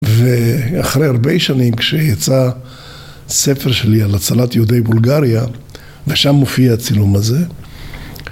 ואחרי הרבה שנים, כשיצא ספר שלי על הצלת יהודי בולגריה ושם מופיע הצילום הזה